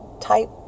type